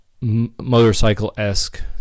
motorcycle-esque